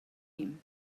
him